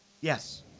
Yes